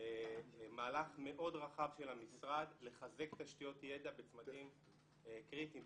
מהלך מאוד רחב של המשרד לחזק תשתיות ידע בצמתים קריטיים,